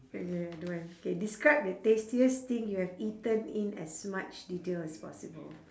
K K I don't want K describe the tastiest thing you have eaten in as much detail as possible